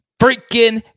freaking